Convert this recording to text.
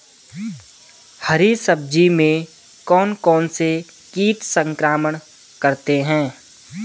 हरी सब्जी में कौन कौन से कीट संक्रमण करते हैं?